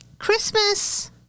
Christmas